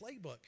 playbook